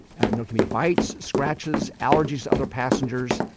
and there can be bites, scratches, allergies to other passengers.